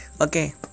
Okay